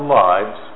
lives